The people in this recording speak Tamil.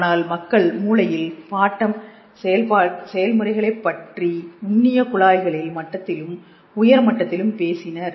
ஆனால் மக்கள் மூளையில் பாட்டம் செயல்முறைகளைப் பற்றி நுண்ணிய குழாய்களில் மட்டத்திலும் உயர் மட்டத்திலும் பேசினர்